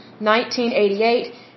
1988